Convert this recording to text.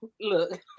look